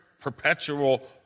perpetual